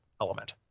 element